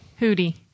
Hootie